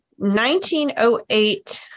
1908